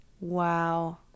Wow